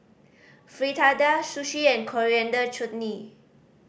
Fritada Sushi and Coriander Chutney